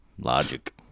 Logic